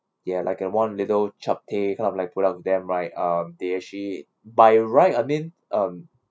ya like a one little chap teh kind of like product them right um they actually by right I mean um